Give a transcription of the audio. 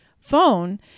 phone